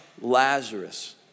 Lazarus